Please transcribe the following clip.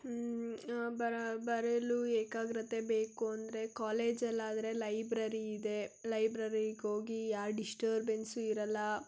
ಬರ ಬರೆಯಲು ಏಕಾಗ್ರತೆ ಬೇಕು ಅಂದರೆ ಕಾಲೇಜಲ್ಲಾದ್ರೆ ಲೈಬ್ರರಿ ಇದೆ ಲೈಬ್ರರಿಗೆ ಹೋಗಿ ಯಾವ ಡಿಶ್ಟರ್ಬೆನ್ಸೂ ಇರೋಲ್ಲ